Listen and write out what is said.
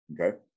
okay